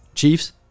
chiefs